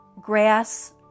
grass